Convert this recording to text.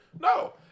No